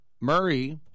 Murray